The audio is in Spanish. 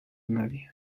nadie